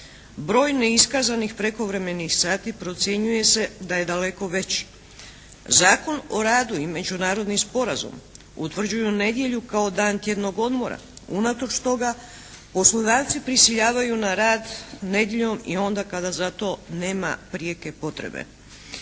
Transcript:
Broj neiskazanih prekovremenih sati procjenjuje se da je daleko veći. Zakon o radu i Međunarodni sporazum utvrđuju nedjelju kao dan tjednog odmora. Unatoč toga poslodavci prisiljavaju na rad nedjeljom i onda kada za to nema prijeke potrebe.